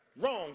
wrong